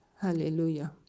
Hallelujah